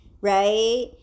right